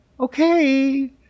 Okay